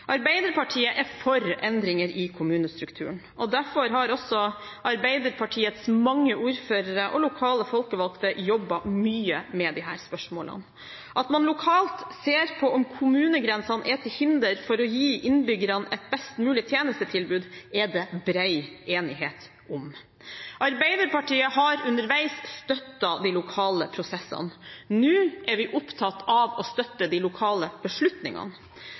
Arbeiderpartiet er for endringer i kommunestrukturen, og derfor har også Arbeiderpartiets mange ordførere og lokale folkevalgte jobbet mye med disse spørsmålene. At man lokalt ser på om kommunegrensene er til hinder for å gi innbyggerne et best mulig tjenestetilbud, er det bred enighet om. Arbeiderpartiet har underveis støttet de lokale prosessene. Nå er vi opptatt av å støtte de lokale beslutningene.